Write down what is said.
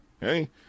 hey